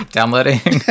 Downloading